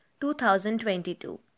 2022